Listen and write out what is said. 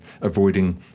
avoiding